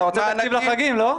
אתה רוצה תקציב לחגים, לא?